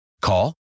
Call